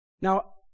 Now